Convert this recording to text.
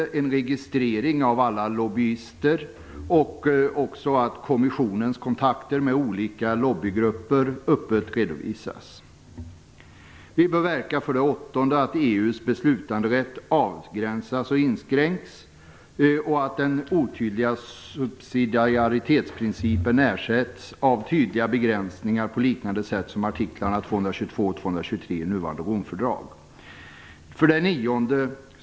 Alla lobbyister bör registreras och kommissionens kontakter med olika lobbygrupper skall öppet redovisas. 8. Vi bör verka för att EU:s beslutanderätt avgränsas och inskränks och att den otydliga subsidiaritetsprincipen ersätts av tydliga begränsningar på liknande sätt som artiklarna 222 och 223 i nuvarande Romfördrag. 9.